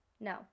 No